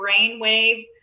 brainwave